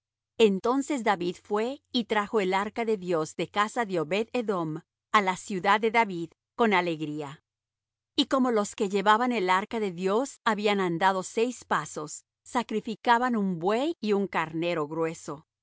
entonces david fué y trajo el arca de dios de casa de obed edom á la ciudad de david con alegría y como los que llevaban el arca de dios habían andado seis pasos sacrificaban un buey y un carnero grueso